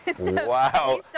Wow